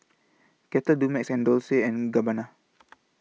Kettle Dumex and Dolce and Gabbana